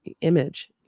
image